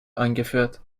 eingeführt